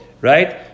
right